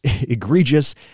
egregious